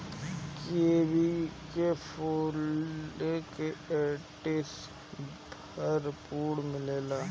kiwi में folic acid भरपूर मिलेला